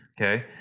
okay